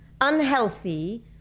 unhealthy